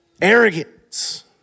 Arrogance